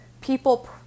people